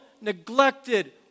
neglected